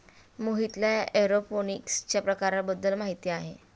मोहितला एरोपोनिक्सच्या प्रकारांबद्दल माहिती आहे